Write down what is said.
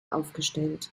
aufgestellt